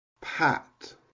Pat